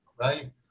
right